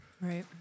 right